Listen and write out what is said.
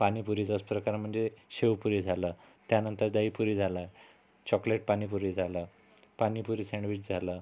पाणीपुरीचाच प्रकार म्हणजे शेवपुरी झालं त्यानंतर दहीपुरी झालं चॉकलेट पाणीपुरी झालं पाणीपुरी सँडवीच झालं